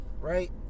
Right